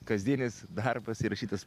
kasdienis darbas įrašytas